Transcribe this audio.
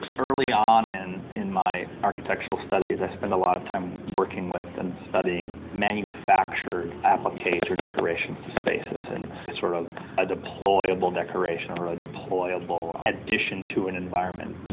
ah early on in in my architectural studies, i spent a lot of time working with and studying manufactured appliqus or decorations to spaces and sort of a deployable decoration, or a deployable addition to an environment.